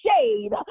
shade